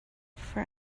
for